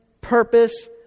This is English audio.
purpose